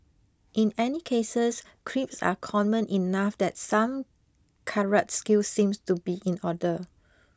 in any cases creeps are common enough that some karate skills seem to be in order